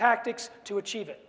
tactics to achieve it